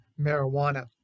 marijuana